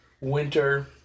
winter